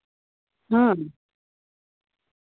ᱦᱮᱸ